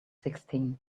sixteen